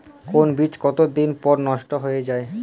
কোন বীজ কতদিন পর নষ্ট হয়ে য়ায়?